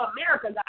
America